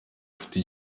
afite